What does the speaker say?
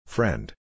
Friend